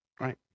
right